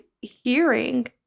hearing